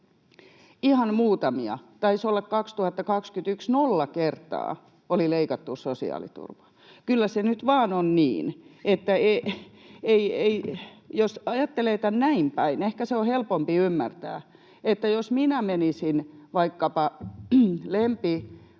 ihan muutamia; taisi olla 2021, että nolla kertaa oli leikattu sosiaaliturvaa. Kyllä se nyt vain on niin — jos ajattelee tämän näinpäin, ehkä se on helpompi ymmärtää — että jos minä menisin vaikkapa lempilomamaahani